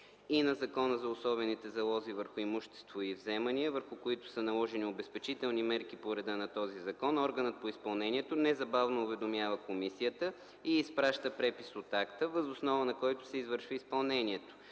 и на Закона за особените залози върху имущество и вземания, върху които са наложени обезпечителни мерки по реда на този закон, органът по изпълнението незабавно уведомява комисията и изпраща препис от акта, въз основа на който се извършва изпълнението.